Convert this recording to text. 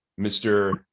Mr